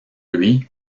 lui